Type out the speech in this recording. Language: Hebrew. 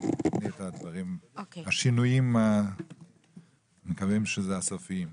תני את השינויים שאנחנו מקווים שהם הסופיים.